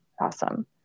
Awesome